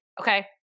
okay